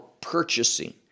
purchasing